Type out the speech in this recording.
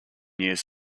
years